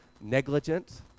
negligent